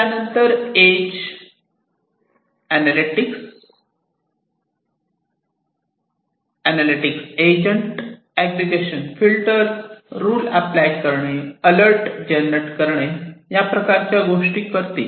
त्यानंतर edge agent analytics agent aggregation filter rule apply करणे alert generate करणे या प्रकारच्या गोष्टी करतील